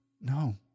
No